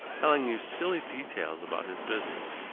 telling you silly details about his business.